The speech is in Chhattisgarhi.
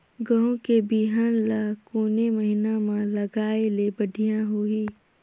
गहूं के बिहान ल कोने महीना म लगाय ले बढ़िया होही?